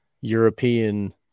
European